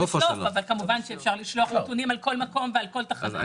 לא בשליפה אבל כמובן אפשר לשלוח נתונים על כל מקום ועל כל תחנה.